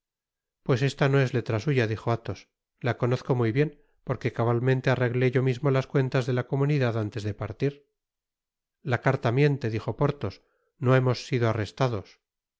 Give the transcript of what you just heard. pues esta no es letra suya dijo athos la conozco muy bien porque cabalmente arreglé yo mismo las cuentas de la comunidad antes de partir la carta miente dijo porthos no hemos ido arrestados